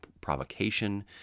provocation